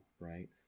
right